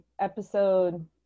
episode